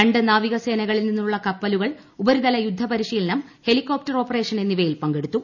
രണ്ട് നാവികസേനകളിൽ നിന്നുമുള്ള കപ്പലുകൾ ഉപരിതല യുദ്ധ പരിശീലനം ഹെലികോപ്റ്റർ ഓപ്പറേഷൻ എന്നിവയിൽ പങ്കെടുത്തു